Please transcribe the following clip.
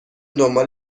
دنبال